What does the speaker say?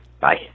Bye